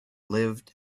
lived